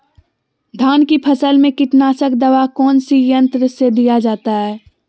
धान की फसल में कीटनाशक दवा कौन सी यंत्र से दिया जाता है?